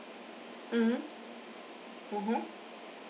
mmhmm (uh huh)